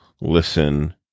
listen